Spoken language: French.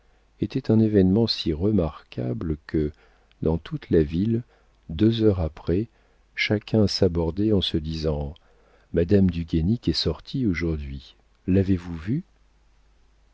était un événement si remarquable que dans toute la ville deux heures après chacun s'abordait en disant madame du guénic est sortie aujourd'hui l'avez-vous vue